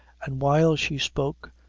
and while she spoke,